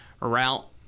route